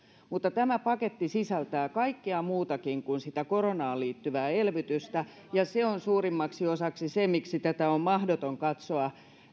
mutta tämä paketti sisältää kaikkea muutakin kuin sitä koronaan liittyvää elvytystä ja se on suurimmaksi osaksi se miksi tätä on mahdoton katsoa